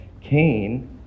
Cain